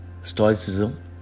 Stoicism